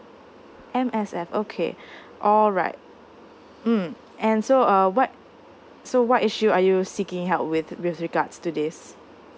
M_S_F okay alright mm and so uh what so what issue are you seeking help with with regards to this